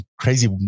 crazy